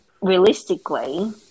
realistically